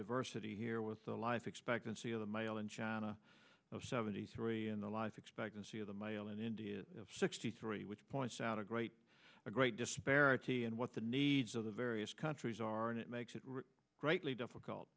diversity here with the life expectancy of the male in china seventy three in the life expectancy of the male in india is sixty three which points out a great great disparity and what the needs of the various countries are and it makes it greatly difficult